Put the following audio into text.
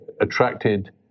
attracted